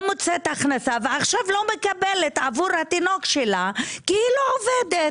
לא מוצאת הכנסה ועכשיו לא מקבלת עבור התינוק שלה כי היא לא עובדת,